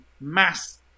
mass